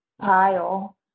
pile